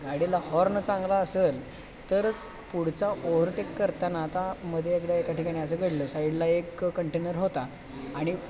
गाडीला हॉर्न चांगला असंल तरच पुढचा ओव्हरटेक करताना आता मध्ये एकदा एका ठिकाणी असं घडलं साईडला एक कंटेनर होता आणि